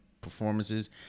performances